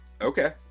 Okay